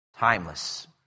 Timeless